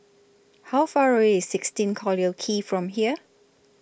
How Far away IS sixteen Collyer Quay from here